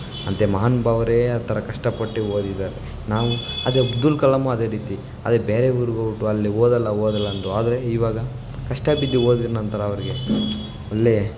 ಅಂಥ ಮಹಾನುಭಾವರೇ ಆ ಥರ ಕಷ್ಟಪಟ್ಟು ಓದಿದ್ದಾರೆ ನಾವು ಅದೇ ಅಬ್ದುಲ್ ಕಲಾಮು ಅದೇ ರೀತಿ ಅದೇ ಬೇರೆ ಊರಿಗೆ ಹೋಗ್ಬಿಟು ಅಲ್ಲಿ ಓದೋಲ್ಲ ಓದೋಲ್ಲ ಅಂದರು ಆದರೆ ಇವಾಗ ಕಷ್ಟ ಬಿದ್ದು ಓದಿದ ನಂತರ ಅವರಿಗೆ ಒಳ್ಳೆಯ